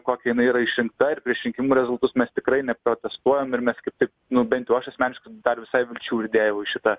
kokia jinai yra išrinkta ir prieš rinkimų rezultus mes tikrai neprotestuojam ir mes kitaip nu bent jau aš asmeniškai dar visai vilčių ir dėjau į šitą